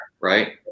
right